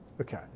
Okay